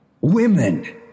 women